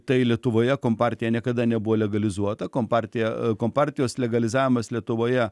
tai lietuvoje kompartija niekada nebuvo legalizuota kompartija kompartijos legalizavimas lietuvoje